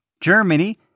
Germany